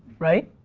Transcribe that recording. right,